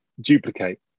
duplicate